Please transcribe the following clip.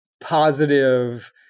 positive